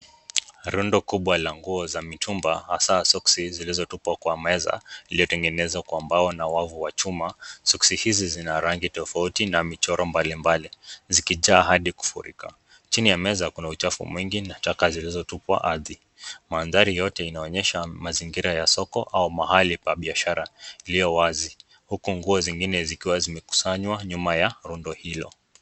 Rundo kubwa la nguo za mitumba hasa soksi zilizotupwa kwa meza iliyotengenezwa kwa mbao na wavu wa chuma, soksi hizi zina rangi tofauti na michoro mbalimbali zikijaa hadi kufurika. Chini ya meza kuna uchafu mwingi na taka zilizotupwa ardhi, mandhari yote inaonyesha mazingira ya soko au mahali pa biashara iliyo wazi huku nguo zingine zikiwa zimekusanywa nyuma ya rundo hilo.